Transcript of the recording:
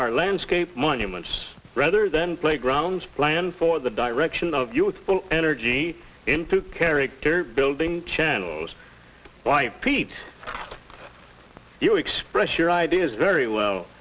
are landscape monuments rather than playgrounds planned for the direction of youthful energy into character building channels why pete you express your ideas very well